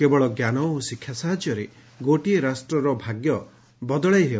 କେବଳ ଜ୍କାନ ଓ ଶିକ୍ଷା ସାହାଯ୍ୟରେ ଗୋଟିଏ ରାଷ୍ଟର ଭାଗ୍ୟ ବଦଳାଇ ହେବ